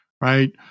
right